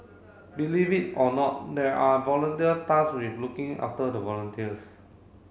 believe it or not there are volunteer with looking after the volunteers